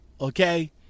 okay